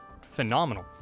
phenomenal